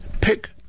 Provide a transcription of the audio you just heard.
pick